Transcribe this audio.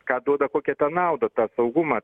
ką duoda kokią tą naudą tą saugumą